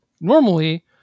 normally